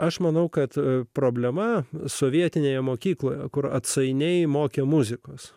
aš manau kad problema sovietinėje mokykloje kur atsainiai mokė muzikos